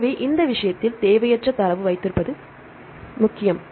எனவே இந்த விஷயத்தில் தேவையற்ற தரவு வைத்திருப்பது முக்கியம்